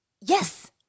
Yes